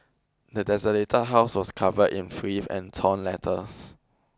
the desolated house was covered in filth and torn letters